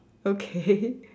okay